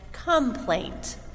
complaint